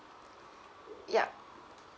yup